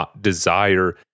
desire